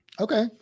Okay